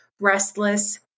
restless